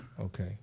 Okay